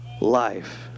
life